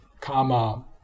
karma